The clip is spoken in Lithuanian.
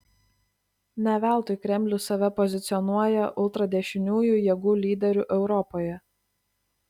ne veltui kremlius save pozicionuoja ultradešiniųjų jėgų lyderiu europoje